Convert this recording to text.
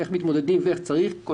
איך מתמודדים ואיך צריך.